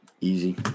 Easy